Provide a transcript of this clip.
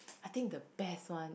I think the best one is